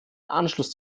anschluss